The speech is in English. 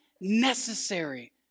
necessary